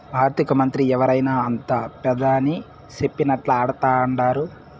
ఆర్థికమంత్రి ఎవరైనా అంతా పెదాని సెప్పినట్లా ఆడతండారు